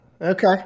okay